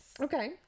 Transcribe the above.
okay